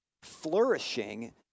Flourishing